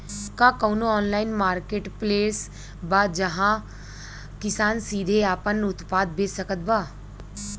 का कउनों online marketplace बा जहां किसान सीधे आपन उत्पाद बेच सकत बा?